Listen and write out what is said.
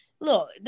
look